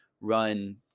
run